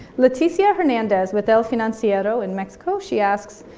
letitia hernandez with el financiero in mexico, she asks,